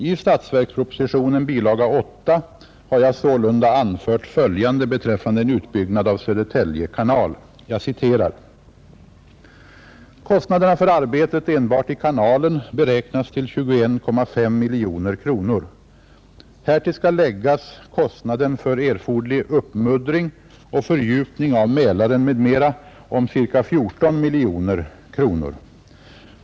I statsverkspropositionen, bilaga 8, har jag sålunda anfört följande beträffande en utbyggnad av Södertälje kanal: ”Kostnaderna för arbetet enbart i kanalen beräknas till 21,5 miljoner kronor. Härtill skall läggas kostnaden för erforderlig uppmuddring och fördjupning av Mälaren m.m. om cirka 14 miljoner kronor.